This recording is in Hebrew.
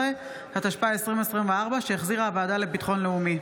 14), התשפ"ה 2024, שהחזירה הוועדה לביטחון לאומי.